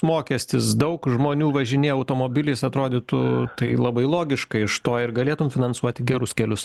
mokestis daug žmonių važinėja automobiliais atrodytų tai labai logiškai iš to ir galėtum finansuoti gerus kelius